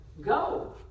Go